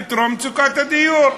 פתרון מצוקת הדיור.